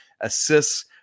assists